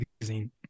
magazine